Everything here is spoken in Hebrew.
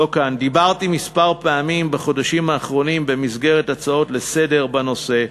דיברתי כמה פעמים בחודשים האחרונים במסגרת הצעות לסדר-היום בנושא,